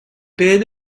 bet